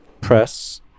press